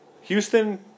Houston